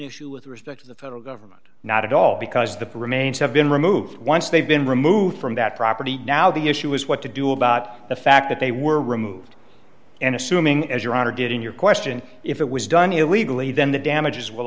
issue with respect to the federal government not at all because the remains have been removed once they've been removed from that property now the issue is what to do about the fact that they were removed and assuming as your honor did in your question if it was done illegally then the damages will